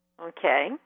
Okay